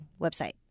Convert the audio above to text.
website